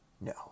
no